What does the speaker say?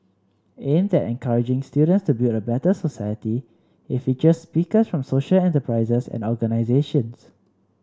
aimed at encouraging students to build a better society it features speakers from social enterprises and organisations